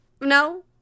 No